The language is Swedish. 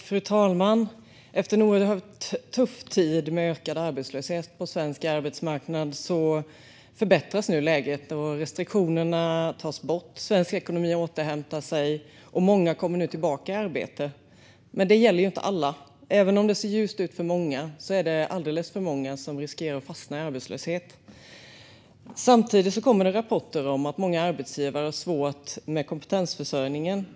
Fru talman! Efter en oerhört tuff tid med ökad arbetslöshet på svensk arbetsmarknad förbättras nu läget, och restriktionerna tas bort. Svensk ekonomi återhämtar sig, och många kommer nu tillbaka i arbete. Men det gäller inte alla. Även om det ser ljust ut för många är det alldeles för många som riskerar att fastna i arbetslöshet. Samtidigt kommer det rapporter om att många arbetsgivare har svårt med kompetensförsörjningen.